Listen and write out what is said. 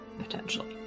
Potentially